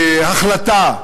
בהחלטה.